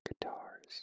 guitars